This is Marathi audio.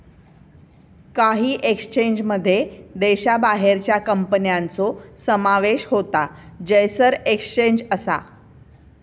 काही एक्सचेंजमध्ये देशाबाहेरच्या कंपन्यांचो समावेश होता जयसर एक्सचेंज असा